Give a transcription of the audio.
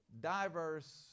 diverse